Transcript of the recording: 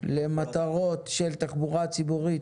למטרות של תחבורה ציבורית,